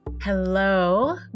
Hello